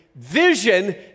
Vision